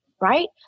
Right